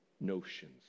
notions